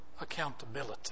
accountability